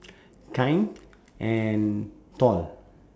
kind and tall